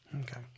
okay